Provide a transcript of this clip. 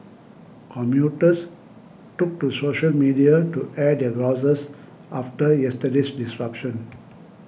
commuters took to social media to air their grouses after yesterday's disruption